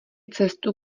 cestu